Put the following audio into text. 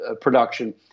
production